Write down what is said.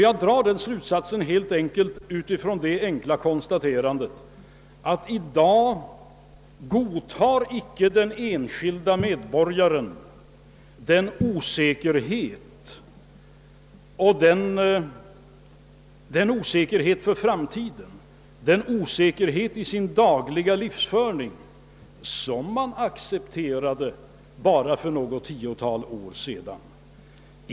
Jag drar den slutsatsen av det enkla konstaterandet, att den enskilde medborgaren i dag icke godtar den osäkerhet inför framtiden i sin dagliga livsföring som han accepterade för bara något tiotal år sedan.